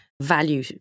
value